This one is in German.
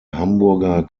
hamburger